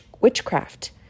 witchcraft